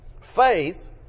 Faith